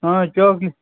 آ چاکلیٹ